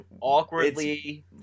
awkwardly